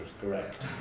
correct